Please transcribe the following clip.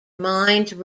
mind